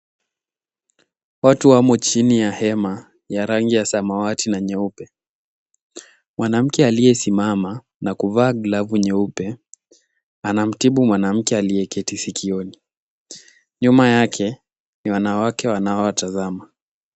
Watu wamo chini ya hema ya rangi ya samawati na nyeupe. Mwanamke aliyesimama na kuvaa glavu nyeupe anamtibu mwanamke aliyeketi sikioni. Nyuma yake ni wanawake wanaowatazama.